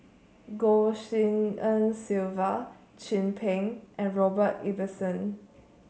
Goh Tshin En Sylvia Chin Peng and Robert Ibbetson